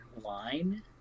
line